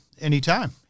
Anytime